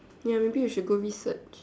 ya maybe you should go research